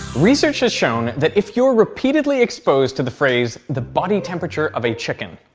research has shown that if you are repeatedly exposed to the phrase the body temperature of a chicken,